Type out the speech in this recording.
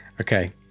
Okay